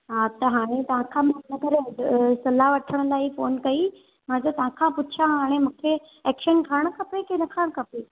हा त हाणे तव्हांखां मूंखे अगरि एड सलाह वठण लाइ ई फोन कई हा त तव्हांखां पुछां हाणे मूंखे एक्शन खणणु खपे की न खणणु खपे